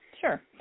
Sure